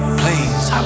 please